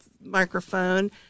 microphone